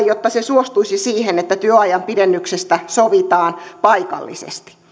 jotta se suostuisi siihen että työajan pidennyksestä sovitaan paikallisesti